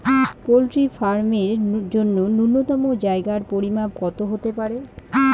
Poultry farm এর জন্য নূন্যতম জায়গার পরিমাপ কত হতে পারে?